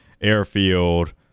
airfield